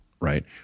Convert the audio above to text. Right